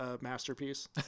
masterpiece